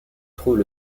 trouve